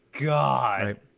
god